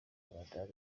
ramadhan